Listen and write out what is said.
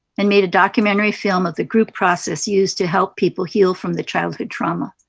and made a documentary film of the group process used to help people heal from the childhood trauma.